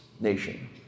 nation